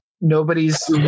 Nobody's